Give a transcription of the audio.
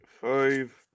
five